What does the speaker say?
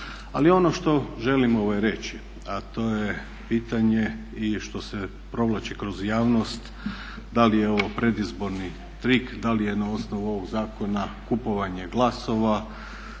Ali ono što želim reći, a to je pitanje i što se provlači kroz javnost, da li je ovo predizborni trik, da li je na osnovu ovog zakona kupovanje glasova